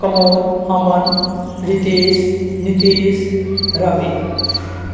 Pramod Aman Ritesh Nitesh Ravi